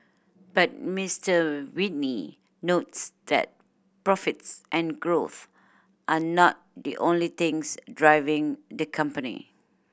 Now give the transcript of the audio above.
but Mister Whitney notes that profits and growth are not the only things driving the company